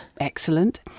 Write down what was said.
Excellent